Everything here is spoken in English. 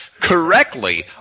correctly